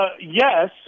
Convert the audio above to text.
Yes